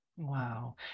Wow